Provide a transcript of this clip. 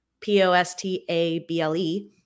P-O-S-T-A-B-L-E